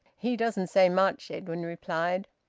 he doesn't say much, edwin replied.